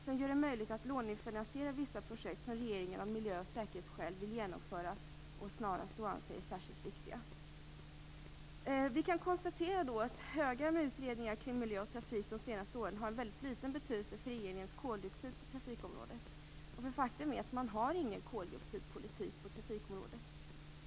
Den gör det möjligt att lånefinansiera vissa projekt som regeringen anser särskilt viktiga av miljöoch säkerhetsskäl och snarast vill genomföra. Vi kan konstatera att högar med utredning kring miljö och trafik under de senaste åren har en mycket liten betydelse för regeringens koldioxidpolitik på trafikområdet. Faktum är att man inte har någon koldioxidpolitik på trafikområdet.